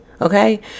Okay